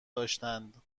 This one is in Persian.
داشتند